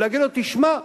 ולהגיד לו: תשמע,